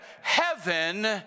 heaven